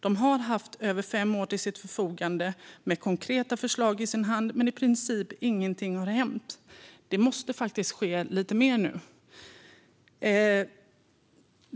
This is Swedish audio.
Den har haft över fem år till sitt förfogande, med konkreta förslag i sin hand, men i princip ingenting har hänt. Det måste faktiskt ske lite mer nu.